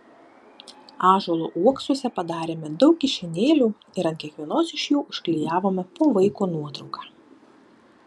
ąžuolo uoksuose padarėme daug kišenėlių ir ant kiekvienos iš jų užklijavome po vaiko nuotrauką